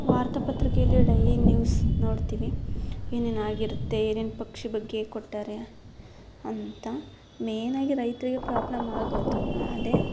ವಾರ್ತಾಪತ್ರಿಕೆಯಲ್ಲಿ daily news ನೋಡ್ತೀವಿ ಏನೇನು ಆಗಿರುತ್ತೆ ಏನೇನು ಪಕ್ಷಿ ಬಗ್ಗೆ ಕೊಟ್ಟಾರೆ ಅಂತ ಮೇನಾಗಿ ರೈತರಿಗೆ ಪ್ರಾಬ್ಲಮ್ ಆಗೋದು ಅದೇ